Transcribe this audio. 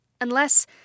Unless